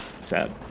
sad